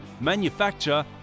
manufacture